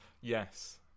yes